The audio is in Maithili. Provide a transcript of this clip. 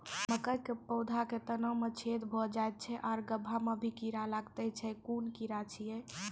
मकयक पौधा के तना मे छेद भो जायत छै आर गभ्भा मे भी कीड़ा लागतै छै कून कीड़ा छियै?